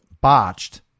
botched